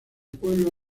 pueblo